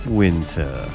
winter